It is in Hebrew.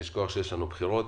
לשכוח שיש לנו בחירות,